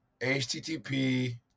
HTTP